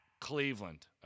Cleveland